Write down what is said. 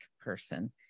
person